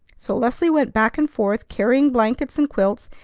so leslie went back and forth, carrying blankets and quilts,